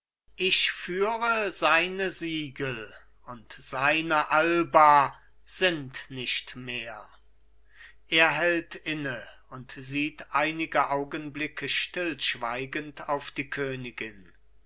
ich führe seine siegel und seine alba sind nicht mehr er hält inne und sieht einige augenblicke stillschweigend auf die königin